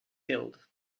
killed